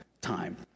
time